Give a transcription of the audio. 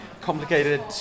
complicated